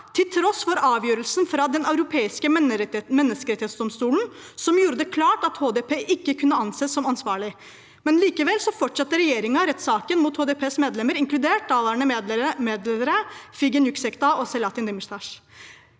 til tross for avgjørelsen fra Den europeiske menneskerettighetsdomstol som gjorde det klart at HDP ikke kunne anses som ansvarlig. Likevel fortsatte regjeringen rettssaken mot HDPs medlemmer, inkludert de daværende medlederne Figen Yüksekdag og Selahattin Demirtas.